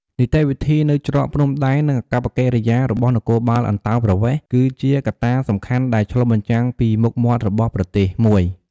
នីតិវិធីនៅច្រកព្រំដែន និងអាកប្បកិរិយារបស់នគរបាលអន្តោប្រវេសន៍ គឺជាកត្តាសំខាន់ដែលឆ្លុះបញ្ចាំងពីមុខមាត់របស់ប្រទេសមួយ។